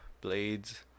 Blades